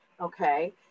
Okay